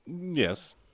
Yes